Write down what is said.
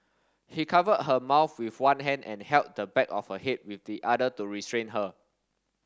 he covered her mouth with one hand and held the back of her head with the other to restrain her